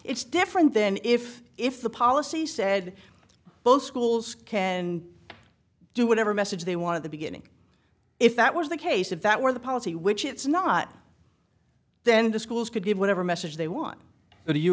it's different then if if the policy said both schools can and do whatever message they want to the beginning if that was the case if that were the policy which it's not then the schools could give whatever message they want but do you